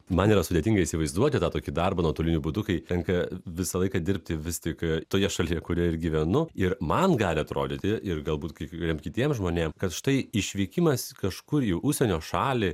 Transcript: man yra sudėtinga įsivaizduoti tą tokį darbą nuotoliniu būdu kai tenka visą laiką dirbti vis tik toje šalyje kurioj ir gyvenu ir man gali atrodyti ir galbūt kai kuriem kitiem žmonėm kad štai išvykimas kažkur į užsienio šalį